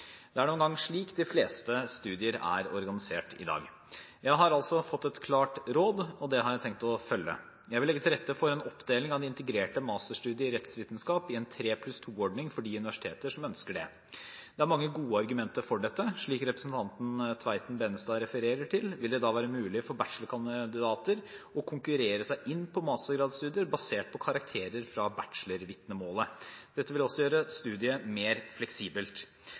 Det er nå engang slik de fleste studiene er organisert i dag. Jeg har altså fått et klart råd, og det har jeg tenkt å følge. Jeg vil legge til rette for en oppdeling av det integrerte masterstudiet i rettsvitenskap i en 3+2-ordning for de universiteter som ønsker det. Det er mange gode argumenter for dette. Slik representanten Tveiten Benestad refererer til, vil det da være mulig for bachelorkandidater til å konkurrere seg inn på mastergradsstudier basert på karakterer fra bachelorvitnemålet. Dette vil også gjøre studiet mer fleksibelt.